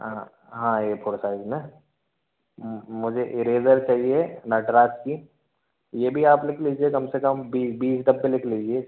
हाँ हाँ हाँ ए फोर साइज में मुझे इरेजर चाहिए नटराज की ये भी आप लिख लीजिए कम से बी बीस डब्बे लिख लीजिए